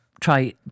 try